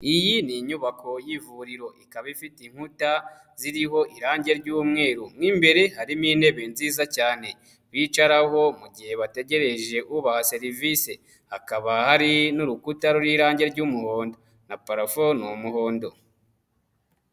Iyi n'inyubako y'ivuriro, ikaba ifite inkuta ziriho irangi ry'umweru, mo imbere harimo intebe nziza cyane bicaraho mu gihe bategereje ubaha serivisi, hakaba hari n'urukuta ruriho irangi ry'umuhondo na parafo ni umuhondo.